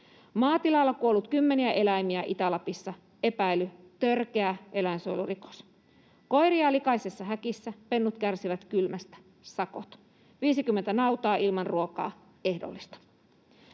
Maatilalla kuollut kymmeniä eläimiä Itä-Lapissa — epäily: törkeä eläinsuojelurikos. Koiria likaisessa häkissä, pennut kärsivät kylmästä — sakot. 50 nautaa ilman ruokaa — ehdollista.